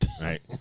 Right